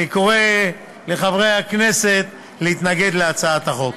אני קורא לחברי הכנסת להתנגד להצעת החוק.